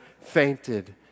fainted